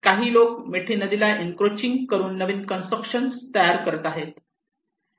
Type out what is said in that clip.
काही लोक मिठी नदीला एन्क्रोचचिंग करून नवीन कन्स्ट्रक्शन तयार करत आहेत